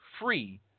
free